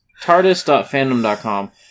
Tardis.fandom.com